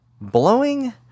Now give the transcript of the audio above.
blowing